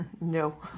No